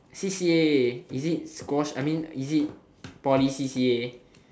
c_c_a is it squash I mean is it poly c_c_a